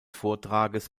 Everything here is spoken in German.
vortrages